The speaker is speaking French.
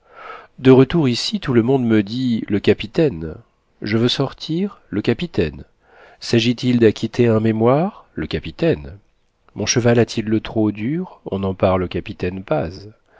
de retour ici tout le monde me dit le capitaine je veux sortir le capitaine s'agit-il d'acquitter un mémoire le capitaine mon cheval a-t-il le trot dur on en parle au capitaine paz